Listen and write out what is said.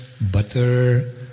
butter